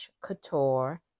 couture